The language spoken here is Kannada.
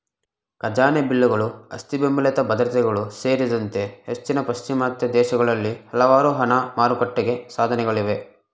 ಖಜಾನೆ ಬಿಲ್ಲುಗಳು ಆಸ್ತಿಬೆಂಬಲಿತ ಭದ್ರತೆಗಳು ಸೇರಿದಂತೆ ಹೆಚ್ಚಿನ ಪಾಶ್ಚಿಮಾತ್ಯ ದೇಶಗಳಲ್ಲಿ ಹಲವಾರು ಹಣ ಮಾರುಕಟ್ಟೆ ಸಾಧನಗಳಿವೆ